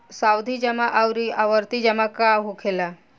सावधि जमा आउर आवर्ती जमा का होखेला?